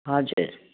हजुर